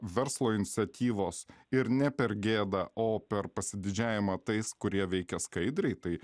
verslo iniciatyvos ir ne per gėdą o per pasididžiavimą tais kurie veikia skaidriai tai